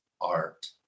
art